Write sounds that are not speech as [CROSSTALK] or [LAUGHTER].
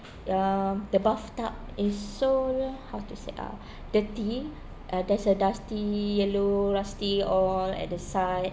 um the bathtub is so ya how to said ah [BREATH] dirty uh there's a dusty yellow rusty all at the side